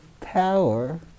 power